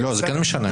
זה כן משנה.